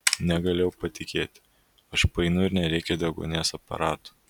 negalėjau patikėti aš paeinu ir nereikia deguonies aparato